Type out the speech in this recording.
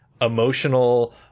emotional